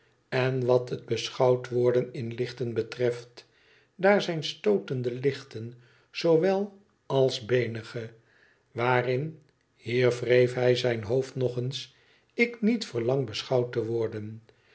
en wat het beschouwd worden inlichten betreft daar zijn stootende lichten zoowel alsbeenige waarin hier wreef hij zijn hoofd nog eens ik niet verlang beschouwd te worden